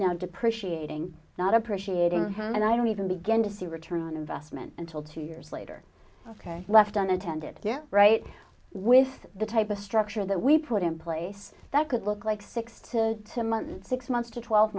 now depreciating not appreciating hand i don't even begin to see return on investment until two years later ok left unattended they're right with the type of structure that we put in place that could look like six to ten months six months to twelve